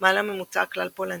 מעל מהממוצע הכלל-פולני.